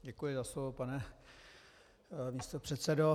Děkuji za slovo, pane místopředsedo.